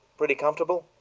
pretty comfortable?